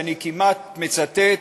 אני כמעט מצטט: